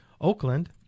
Oakland